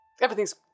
Everything's